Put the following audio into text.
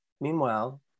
Meanwhile